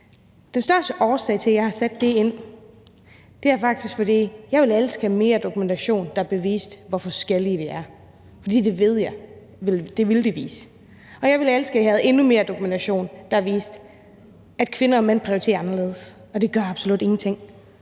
Den største årsag til, at jeg har sat det ind, er faktisk, at jeg ville elske at få mere dokumentation, der beviste, hvor forskellige vi er. For det ved jeg det ville vise, og jeg ville elske, at jeg havde endnu mere dokumentation, der viste, at kvinder og mænd prioriterer forskelligt. Og det gør absolut ingenting.